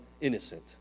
innocent